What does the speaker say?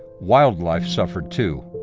wildlife suffered, too.